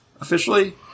officially